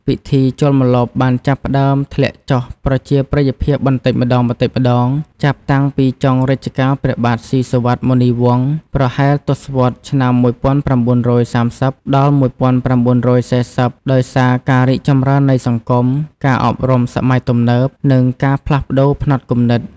ពិធីចូលម្លប់បានចាប់ផ្តើមធ្លាក់ចុះប្រជាប្រិយភាពបន្តិចម្តងៗចាប់តាំងពីចុងរជ្ជកាលព្រះបាទស៊ីសុវត្ថិ មុនីវង្ស ប្រហែលទសវត្សរ៍ឆ្នាំ ១៩៣០ ដល់ ១៩៤០ ដោយសារការរីកចម្រើននៃសង្គម ការអប់រំសម័យទំនើប និងការផ្លាស់ប្តូរផ្នត់គំនិត។